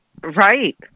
right